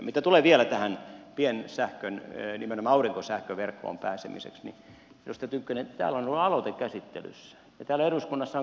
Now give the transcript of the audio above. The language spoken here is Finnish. mitä tulee vielä tämän piensähkön nimenomaan aurinkosähkön verkkoon pääsemiseksi edustaja tynkkynen niin täällä on ollut aloite käsittelyssä ja täällä eduskunnassa on käsitelty sitä